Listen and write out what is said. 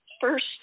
first